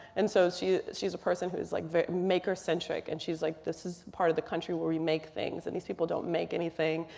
and so she is a person who is like maker centric. and she's like, this is part of the country where we make things. and these people don't make anything.